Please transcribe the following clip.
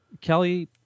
Kelly